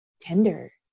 tender